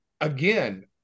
again